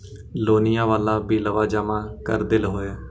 लोनिया वाला बिलवा जामा कर देलहो?